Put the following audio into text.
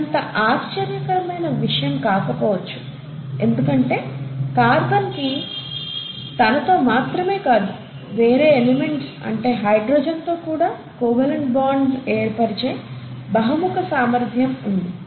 ఇది అంత ఆశ్చర్యకరమైన విషయం కాకపోవచ్చు ఎందుకంటే కార్బన్కి తనతో మాత్రమే కాది వేరే ఎలిమెంట్స్ తో అంటే హైడ్రోజన్ తో కూడా కోవలెంట్ బాండ్స్ ఏర్పరిచే బహుముఖ సామర్ధ్యం ఉంది